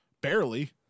Barely